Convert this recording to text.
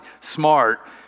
smart